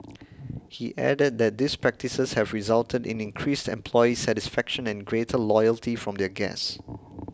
he added that these practices have resulted in increased employee satisfaction and a greater loyalty from their guests